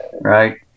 right